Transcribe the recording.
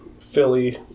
Philly